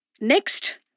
Next